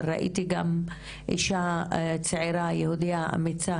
אבל ראיתי גם אישה צעירה יהודייה אמיצה